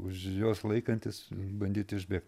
už jos laikantis bandyt išbėgt